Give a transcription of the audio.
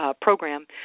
program